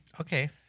Okay